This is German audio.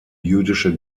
jüdische